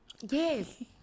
yes